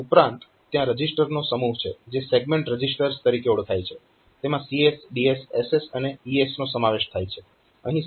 આ ઉપરાંત ત્યાં રજીસ્ટરનો સમૂહ છે જે સેગમેન્ટ રજીસ્ટર્સ તરીકે ઓળખાય છે તેમાં CS DS SS અને ES નો સમાવેશ થાય છે